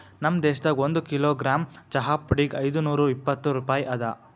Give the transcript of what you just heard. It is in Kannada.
ನಮ್ ದೇಶದಾಗ್ ಒಂದು ಕಿಲೋಗ್ರಾಮ್ ಚಹಾ ಪುಡಿಗ್ ಐದು ನೂರಾ ಇಪ್ಪತ್ತು ರೂಪಾಯಿ ಅದಾ